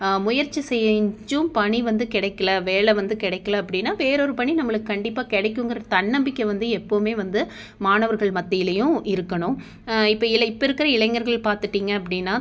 முயற்சி செஞ்சும் பணி வந்து கெடைக்கல வேலை வந்து கெடைக்கல அப்படின்னா வேறு ஒரு பணி நம்மளுக்கு கண்டிப்பாக கிடைக்குங்கற தன்னம்பிக்கை வந்து எப்போதுமே வந்து மாணவர்கள் மத்திலேயும் இருக்கணும் இப்போ இளை இப்போ இருக்கிற இளைஞர்கள் பார்த்திட்டிங்க அப்படின்னா